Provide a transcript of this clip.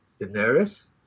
Daenerys